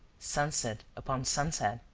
sunset upon sunset?